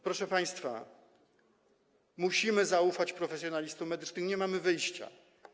Proszę państwa, musimy zaufać profesjonalistom medycznym, nie mamy wyjścia.